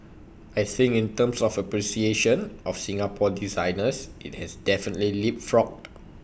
I think in terms of appreciation of Singapore designers IT has definitely leapfrogged